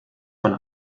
von